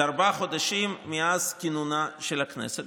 זה ארבעה חודשים מאז כינונה של הכנסת.